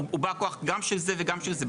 הוא בא כוח גם של זה וגם של זה.